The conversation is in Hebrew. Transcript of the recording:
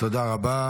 תודה רבה.